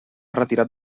retirat